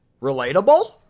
Relatable